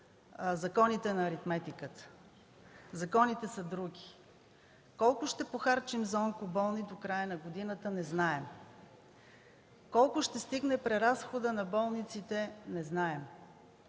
законите на аритметиката. Законите са други. Колко ще похарчим за онкоболни до края на годината – не знаем, колко ще стигне преразходът на болниците – не знаем;